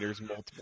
multiple